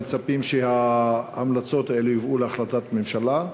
מצפים שההמלצות האלה יובאו להחלטת ממשלה?